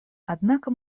однако